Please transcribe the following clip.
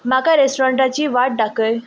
म्हाका रेस्टॉरंटाची वाट दाखय